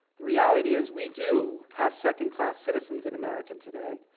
reality is we do have second class citizens in america today.